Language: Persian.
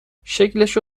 شکلشو